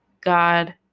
God